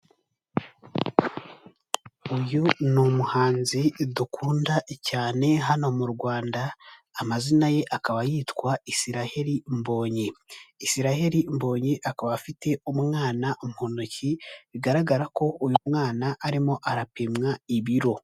Uyu ni umuhanzi dukunda cyane hano mu Rwanda, amazina ye akaba yitwa Israel Mbonye, Israel mbonye akaba afite umwana mu ntoki bigaragara ko uyu mwana arimo arapimwa ibiro.